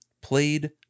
played